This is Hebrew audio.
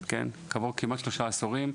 כעבור כמעט שלושה עשורים,